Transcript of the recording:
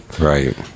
Right